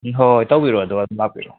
ꯎꯝ ꯍꯣꯏ ꯍꯣꯏ ꯇꯧꯕꯤꯔꯣ ꯑꯗꯨꯒ ꯑꯗꯨꯝ ꯂꯥꯛꯄꯤꯔꯣ